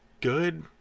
good